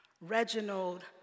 Reginald